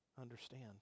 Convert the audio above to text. understand